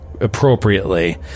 appropriately